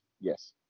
yes